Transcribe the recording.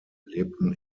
lebten